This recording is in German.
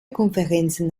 konferenzen